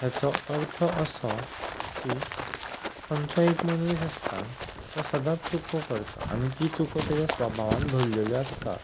हाचो अर्थ असो की खंयचोय एक मनीस आसता तो सदांच चुको करता आनी ती चूक तेज्या स्वभावान भरलेली आसता